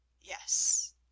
Yes